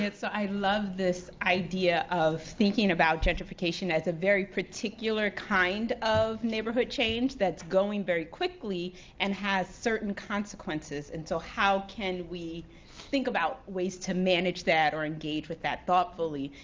so i love this idea of thinking about gentrification as a very particular kind of neighborhood change that's going very quickly and has certain consequences. and so how can we think about ways to manage that or engage with that thoughtfully?